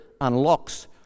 unlocks